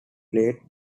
played